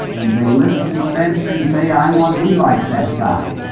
um they listen to spenser and say, i um want to be like that guy,